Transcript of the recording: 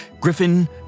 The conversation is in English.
Griffin